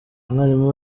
umwarimu